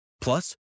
Plus